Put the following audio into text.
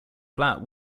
flat